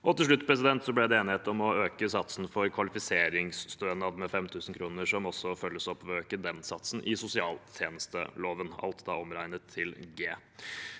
Til slutt ble det enighet om å øke satsen for kvalifiseringsstønad med 5 000 kr, som også følges opp ved å øke den satsen i sosialtjenesteloven. Alt er omregnet til G.